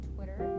Twitter